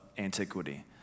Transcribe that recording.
Antiquity